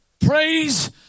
Praise